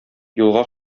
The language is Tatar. юлга